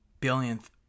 billionth